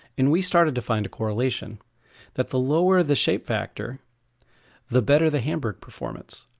and we started to find a correlation that the lower the shape factor the better the hamburg performance.